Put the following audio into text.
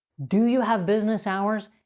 do you have business hours?